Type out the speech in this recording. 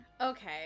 okay